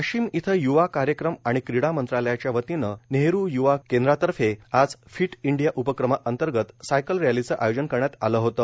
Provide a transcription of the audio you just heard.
वाशिम इथं युवा कार्यक्रम आणि क्रिडा मंत्रालयाच्या वतीनं नेहरू युवा केंद्रातर्फे आज फिट इंडिया उपक्रमा अंतर्गत सायकल रॅलीच आयोजन करण्यात आलं होतं